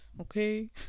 Okay